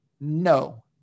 No